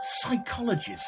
psychologist